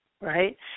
right